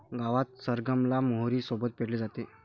गावात सरगम ला मोहरी सोबत पेरले जाते